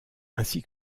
ainsi